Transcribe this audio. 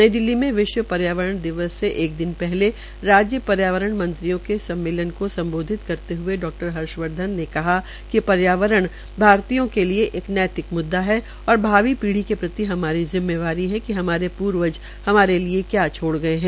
नई दिल्ली पर्यावरण दिवस से एक दिन पहले राज्य पर्यावरण मंत्रियों के सम्मेलन को सम्बोधित करते हए डॉ हर्षवर्धन ने कहा कि पर्यावरण भारतीयों के लिए एक नैतिक म्द्दा है और भावी पीढ़ी के प्रति हमारी जिम्मेवारी है कि हमारे पूर्वज हमारे लिये क्या छोड़ गये है